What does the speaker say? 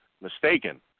mistaken